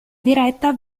diretta